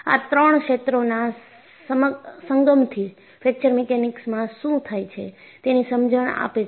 આ ત્રણ ક્ષેત્રોના સંગમથી ફ્રેક્ચર મીકેનીક્સ માં શું થાય છે તેની સમજણ આપે છે